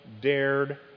dared